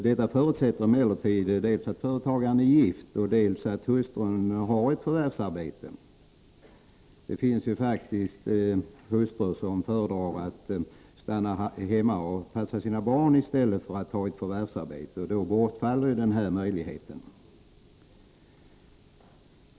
Detta förutsätter emellertid dels att företagaren är gift, dels att hustrun har ett förvärvsarbete. Det finns ju faktiskt hustrur som föredrar att stanna hemma och passa sina barn framför att ta ett förvärvsarbete, och då bortfaller denna möjlighet.